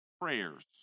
prayers